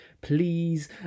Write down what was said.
please